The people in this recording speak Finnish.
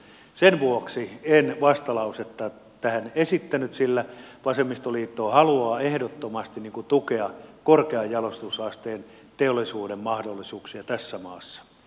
sen vuoksi en vastalausetta tähän esittänyt sillä vasemmistoliitto haluaa ehdottomasti tukea korkean jalostusasteen teollisuuden mahdollisuuksia tässä maassa